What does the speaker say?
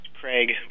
Craig